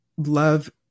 Love